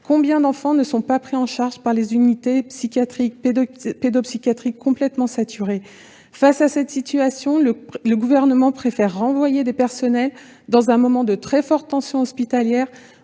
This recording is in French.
Combien d'enfants ne sont-ils pas pris en charge par des unités pédopsychiatriques complètement saturées ? Face à cette situation, le Gouvernement préfère renvoyer des personnels dans un moment de très forte tension hospitalière,